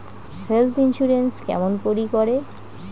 Health insurance কেমন করি করে?